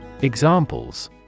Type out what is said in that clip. Examples